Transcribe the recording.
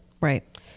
Right